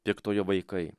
piktojo vaikai